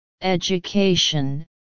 education